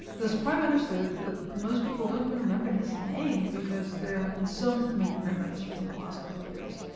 this prime minister that most people don't even remember his name because there have been so many prime ministers in the last couple years,